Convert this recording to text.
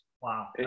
Wow